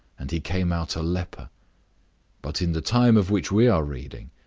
and he came out a leper but in the time of which we are reading,